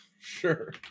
Sure